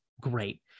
great